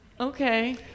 Okay